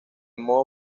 modo